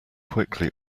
quickly